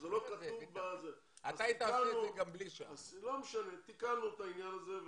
תיקנו את העניין הזה.